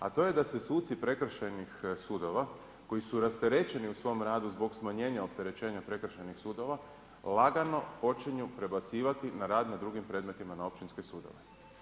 A to je da se suci prekršajnih sudova koji su rasterećeni u svom radu zbog smanjenja opterećenja prekršajnih sudova lagano počinju prebacivati na rad na drugim predmetima na općinske sudove.